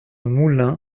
moulin